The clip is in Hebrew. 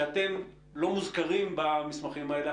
שאתם לא מוזכרים במסמכים האלה.